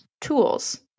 tools